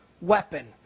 weapon